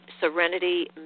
serenity